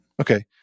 Okay